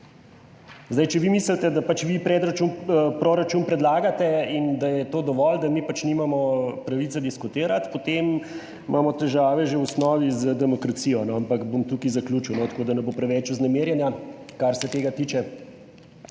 Če vi mislite, da pač vi proračun predlagate in da je to dovolj, da mi pač nimamo pravice diskutirati, potem imamo težave že v osnovi z demokracijo, ampak bom tukaj zaključil, tako da ne bo preveč vznemirjenja, kar se tega tiče.